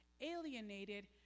alienated